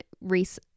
Reese